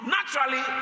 Naturally